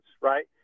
right